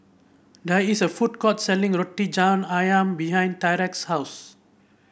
there is a food court selling Roti John ayam behind Tyrek's house